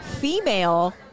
female